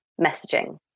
messaging